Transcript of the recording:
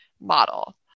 model